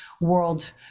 world